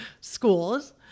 schools